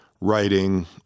writing